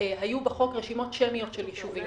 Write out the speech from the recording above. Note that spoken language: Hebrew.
היו בחוק רשימות שמיות של יישובים.